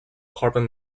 carbon